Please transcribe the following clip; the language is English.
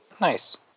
Nice